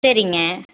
சரிங்க